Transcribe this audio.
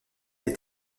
est